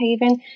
haven